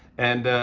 and,